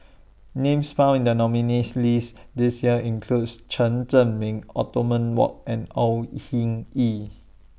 Names found in The nominees' list This Year includes Chen Zhiming Othman Wok and Au Hing Yee